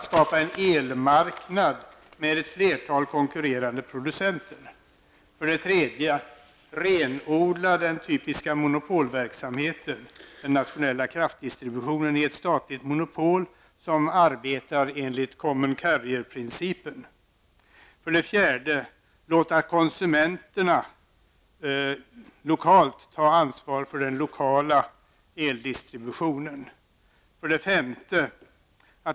Skapa en elmarknad med ett flertal konkurrerande producenter 3. Renodla den typiska monopolverksamheten, den nationella kraftdistributionen, i ett statligt monopol som arbetar enligt common carrierprincipen 4. Låta konsumenterna ta ansvar för den lokala eldistributionen 5.